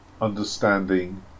understanding